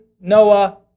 Noah